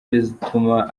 bituma